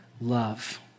love